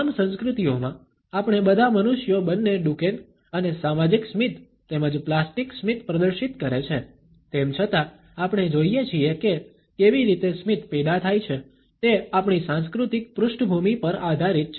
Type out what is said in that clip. તમામ સંસ્કૃતિઓમાં આપણે બધા મનુષ્યો બંને ડુકેન અને સામાજિક સ્મિત તેમજ પ્લાસ્ટિક સ્મિત પ્રદર્શિત કરે છે તેમ છતાં આપણે જોઈએ છીએ કે કેવી રીતે સ્મિત પેદા થાય છે તે આપણી સાંસ્કૃતિક પૃષ્ઠભૂમિ પર આધારિત છે